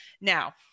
Now